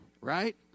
right